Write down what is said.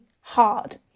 hard